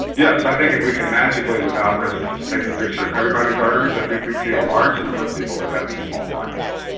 yes, i think if we could magically without risk just take the picture of everybody's arteries i think we'd see a large number of people that have these small blockages.